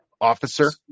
officer